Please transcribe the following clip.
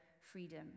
freedom